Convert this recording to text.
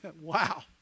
Wow